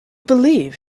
believe